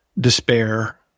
despair